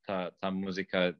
ta ta muzika